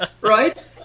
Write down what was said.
right